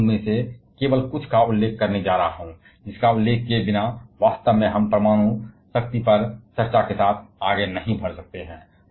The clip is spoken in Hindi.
और मैं उनमें से केवल कुछ का उल्लेख करने जा रहा हूं जिसका उल्लेख किए बिना वास्तव में हम परमाणु शक्ति पर चर्चा के साथ आगे नहीं बढ़ सकते